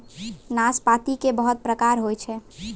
नाशपाती के बहुत प्रकार होय छै